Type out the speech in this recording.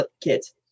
kids